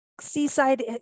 seaside